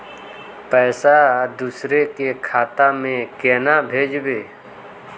पैसा दूसरे के खाता में केना भेजबे?